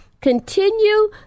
Continue